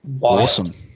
awesome